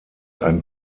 ein